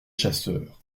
chasseurs